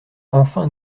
enfin